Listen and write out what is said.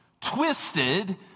twisted